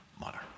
mother